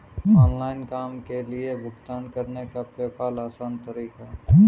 online काम के लिए भुगतान करने का पेपॉल आसान तरीका है